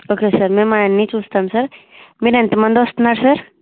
okay sir మేము అవన్నీ చూస్తాము సార్ మీరు ఎంత మంది వస్తున్నారు సార్